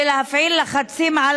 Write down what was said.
ולהפעיל לחצים על